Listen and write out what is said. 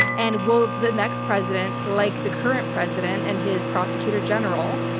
and will the next president, like the current president and his prosecutor general,